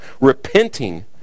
repenting